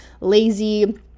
lazy